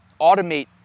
automate